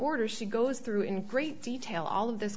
order she goes through in great detail all of this